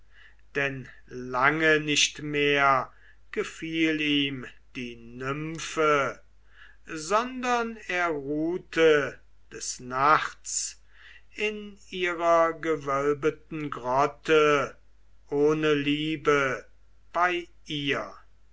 denn lange nicht mehr gefiel ihm die nymphe sondern er ruhte des nachts in ihrer gewölbeten grotte ohne liebe bei ihr